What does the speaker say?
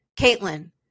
Caitlin